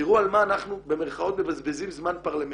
תראו על מה אנחנו "מבזבזים" זמן פרלמנטארי.